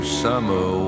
summer